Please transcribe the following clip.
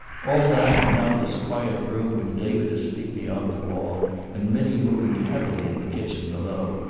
all that, and now this quiet room, with david asleep beyond the wall and minnie moving heavily in the kitchen below,